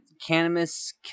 cannabis